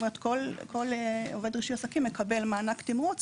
זאת אומרת, כל עובד רישוי עסקים מקבל מענק תמרוץ